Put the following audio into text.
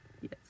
Yes